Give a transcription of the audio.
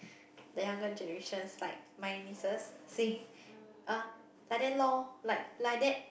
the younger generations like my nieces like that loh like liddat